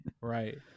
Right